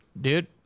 Dude